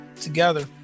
together